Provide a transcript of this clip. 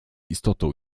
istotą